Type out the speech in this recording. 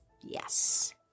Yes